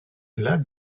lac